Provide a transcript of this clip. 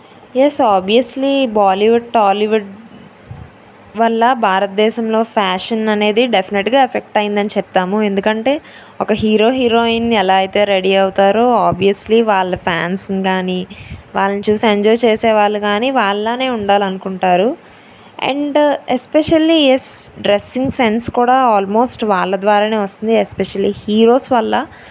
yes obviously Bollywood Tollywood వల్ల భారత దేశంలో ఫ్యాషన్ అనేది డెఫ్నెట్గా ఎఫెక్ట్ అయిందని చెప్తాము ఎందుకంటే ఒక హీరో హీరోయిన్ని ఎలా అయితే రెడీ అవుతారో ఆబ్వియస్లీ వాళ్ళ ఫ్యాన్స్ను కానీ వాళ్ళని చూసి ఎంజాయ్ చేసే వాళ్ళు కానీ వాళ్ళలాగా ఉండాలని అనుకుంటారు అండ్ ఎస్స్పెషలీ ఎస్ డ్రెస్సింగ్ సెన్స్ కూడా ఆల్మోస్ట్ వాళ్ళ ద్వారా వస్తుంది ఎస్స్పెషలీ హీరోస్ వల్ల